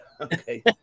Okay